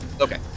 Okay